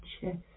chest